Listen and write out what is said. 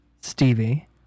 Stevie